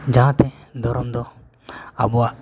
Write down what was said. ᱡᱟᱦᱟᱸᱛᱮ ᱫᱷᱚᱨᱚᱢ ᱫᱚ ᱟᱵᱚᱣᱟᱜ